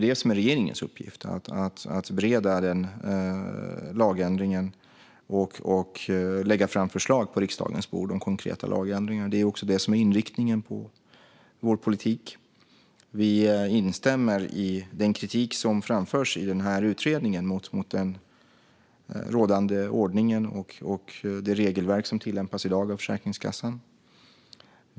Det är regeringens uppgift att bereda en lagändring och lägga fram förslag på riksdagens bord om konkreta lagändringar. Det är också det som är inriktningen på vår politik. Vi instämmer i den kritik som framförs i utredningen mot den rådande ordningen och det regelverk som tillämpas i dag av Försäkringskassan.